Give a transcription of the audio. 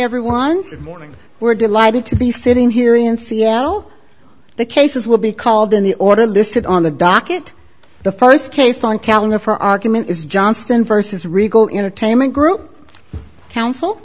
everyone morning we're delighted to be sitting here in seattle the cases will be called in the order listed on the docket the st case on calendar for argument is johnston versus regal intertainment group counsel